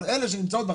אבל אלה שנמצאות בחמש,